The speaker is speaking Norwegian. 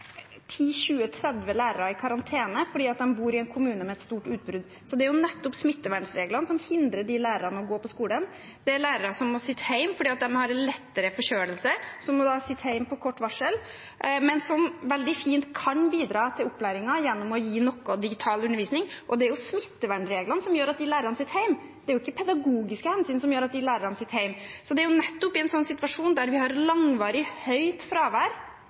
lærere i karantene fordi de bor i en kommune med et stort utbrudd. Det er nettopp smittevernreglene som hindrer de lærerne i å gå på skolen. Det er lærere som må sitte hjemme på kort varsel fordi de har en lettere forkjølelse, men som veldig fint kan bidra til opplæringen gjennom å gi noe digital undervisning. Og det er jo smittevernreglene som gjør at de lærerne sitter hjemme. Det er ikke pedagogiske hensyn som gjør at de lærerne sitter hjemme. Så det er nettopp i en situasjon med langvarig høyt fravær